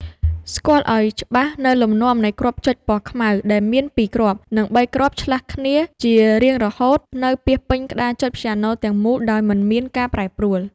ស្គាល់ឱ្យច្បាស់នូវលំនាំនៃគ្រាប់ចុចពណ៌ខ្មៅដែលមានពីរគ្រាប់ និងបីគ្រាប់ឆ្លាស់គ្នាជារៀងរហូតនៅពាសពេញក្តារចុចព្យ៉ាណូទាំងមូលដោយមិនមានការប្រែប្រួល។